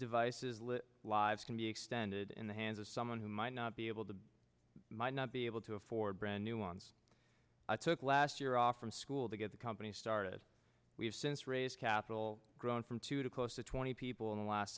devices live lives can be extended in the hands of someone who might not be able to might not be able to afford brand new ones i took last year off from school to get the company start we've since raise capital grown from two to close to twenty people in the last